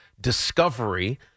discovery